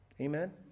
Amen